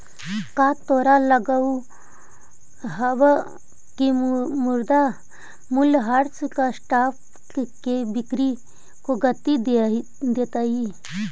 का तोहरा लगअ हवअ की मुद्रा मूल्यह्रास स्टॉक की बिक्री को गती देतई